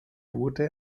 wurde